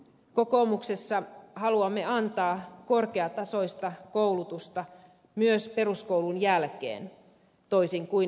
kokoomuksessa haluamme antaa korkeatasoista koulutusta myös peruskoulun jälkeen toisin kuin demarit